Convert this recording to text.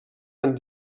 amb